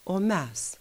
o mes